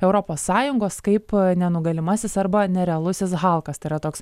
europos sąjungos kaip nenugalimasis arba nerealusis halkas yra toks